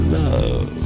love